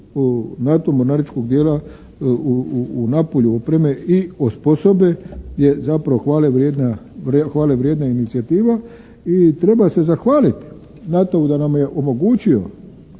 NATO mornaričkog dijela u Napulju opreme i osposobe, jer je zapravo hvale vrijedna inicijativa. I treba se zahvaliti NATO-u da nam je omogućio